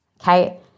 okay